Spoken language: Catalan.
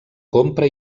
compra